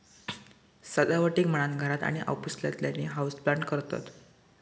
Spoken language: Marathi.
सजावटीक म्हणान घरात आणि ऑफिसातल्यानी हाऊसप्लांट करतत